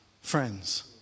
friends